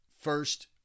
first